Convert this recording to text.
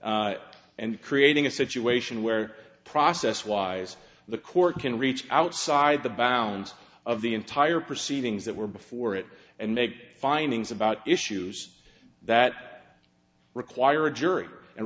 and creating a situation where process wise the court can reach outside the bounds of the entire proceedings that were before it and make findings about issues that require a jury and